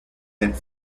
and